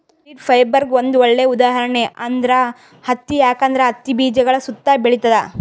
seed ಫೈಬರ್ಗ್ ಒಂದ್ ಒಳ್ಳೆ ಉದಾಹರಣೆ ಅಂದ್ರ ಹತ್ತಿ ಯಾಕಂದ್ರ ಹತ್ತಿ ಬೀಜಗಳ್ ಸುತ್ತಾ ಬೆಳಿತದ್